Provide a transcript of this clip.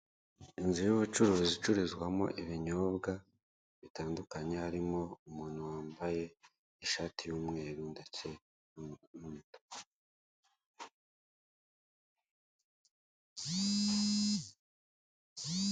Inzu y'ubucuruzi icururizwamo ibinyobwa bitandukanye harimo umuntu wambaye ishati y'umweru ndetse n'umutuku.